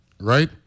Right